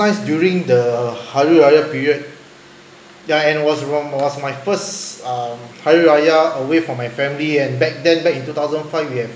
nice during the hari raya period ya and was on was my first hari raya away from my family and back then back in two thousand five we have